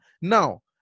Now